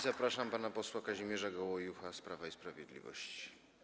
Zapraszam pana posła Kazimierza Gołojucha z Prawa i Sprawiedliwości.